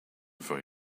for